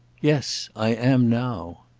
yes i am now!